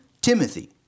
Timothy